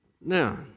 Now